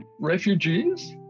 refugees